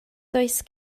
does